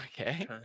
Okay